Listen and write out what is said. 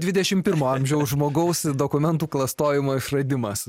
dvidešim pirmo amžiaus žmogaus dokumentų klastojimo išradimas